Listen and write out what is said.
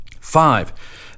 Five